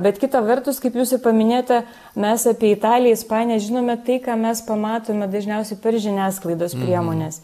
bet kita vertus kaip jūs ir paminėjote mes apie italiją ispaniją žinome tai ką mes pamatome dažniausiai per žiniasklaidos priemones